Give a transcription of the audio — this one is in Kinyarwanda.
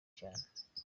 cyane